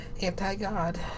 anti-God